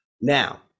Now